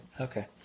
okay